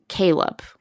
Caleb